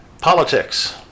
politics